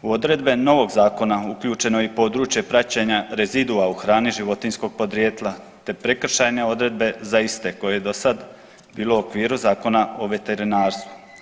U odredbe novog zakona uključeno je i područje praćenja rezidua u hrani životinjskog podrijetla te prekršajne odredbe za iste koje do sada bilo u okviru Zakona o veterinarstvu.